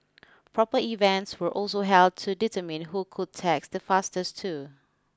proper events were also held to determine who could text the fastest too